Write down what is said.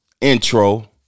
intro